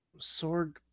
Sorg